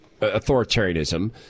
authoritarianism